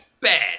bad